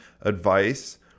advice